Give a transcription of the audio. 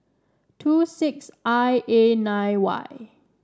two six I A nine Y